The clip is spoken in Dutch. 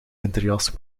winterjas